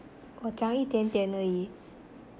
我讲一点点而已